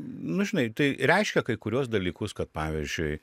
nu žinai tai reiškia kai kuriuos dalykus kad pavyzdžiui